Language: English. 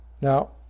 Now